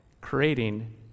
creating